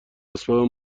اسباب